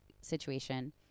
situation